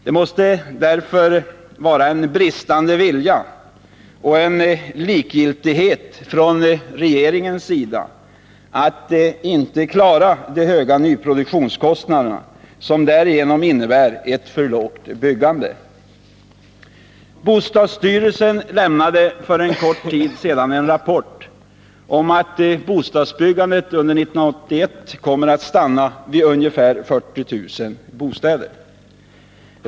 Det måste därför bero på bristande vilja och likgiltighet från regeringens sida att den inte klarar de höga nyproduktionskostnaderna, som får till följd ett för lågt byggande. Bostadsstyrelsen lämnade för en kort tid sedan en rapport om att bostadsbyggandet under 1981 kommer att stanna vid ungefär 40 000 bostäder.